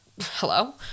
hello